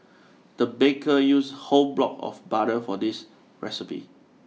the baker used whole block of butter for this recipe